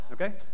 Okay